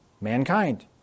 mankind